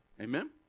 Amen